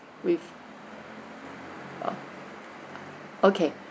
with a okay